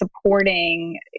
supporting